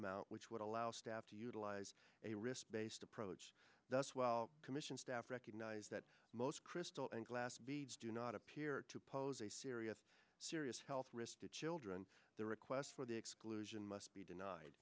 amount which would allow staff to utilize a risk based approach that's well commission staff recognise that most crystal and glass beads do not appear to pose a serious serious health risk to children the requests for the exclusion must be denied